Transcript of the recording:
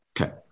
Okay